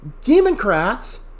Democrats